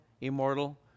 immortal